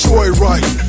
Joyride